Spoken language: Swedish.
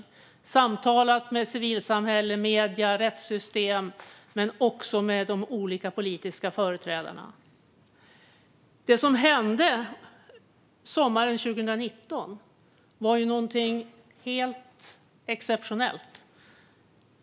Jag har samtalat med civilsamhälle, medier och rättssystem men också med de olika politiska företrädarna. Det som hände sommaren 2019 var ju någonting helt exceptionellt.